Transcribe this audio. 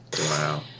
Wow